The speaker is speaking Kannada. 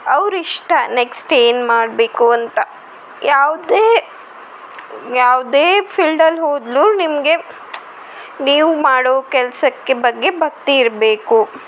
ಅವರಿಷ್ಟ ನೆಕ್ಸ್ಟ್ ಏನು ಮಾಡಬೇಕು ಅಂತ ಯಾವುದೇ ಯಾವುದೇ ಫೀಲ್ಡಲ್ಲಿ ಹೋದ್ರು ನಿಮಗೆ ನೀವು ಮಾಡೋ ಕೆಲಸಕ್ಕೆ ಬಗ್ಗೆ ಭಕ್ತಿ ಇರಬೇಕು